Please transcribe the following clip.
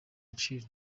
agaciro